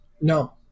No